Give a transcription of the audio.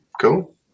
cool